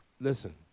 Listen